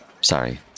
Sorry